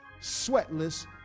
sweatless